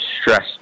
stress